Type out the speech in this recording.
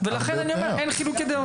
לכן אני אומר שאין חילוקי דעות.